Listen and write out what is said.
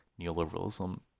neoliberalism